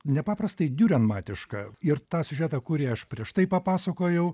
nepaprastai diurenmatiška ir tą siužetą kurį aš prieš tai papasakojau